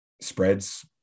spreads